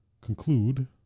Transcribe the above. conclude